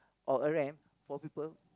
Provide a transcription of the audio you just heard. or a ramp for people